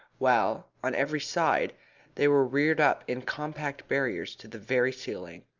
while on every side they were reared up in compact barriers to the very ceiling.